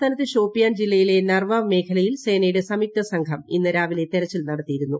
സംസ്ഥാനത്തെ ഷോപ്പിയാൻ ജില്ലയിലെ നർവാവ് മേഖലയിൽ സേനയുടെ സംയുക്ത സംഘം ഇന്ന് രാവിലെ തെരച്ചിൽ നടത്തിയിരുന്നു